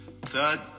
third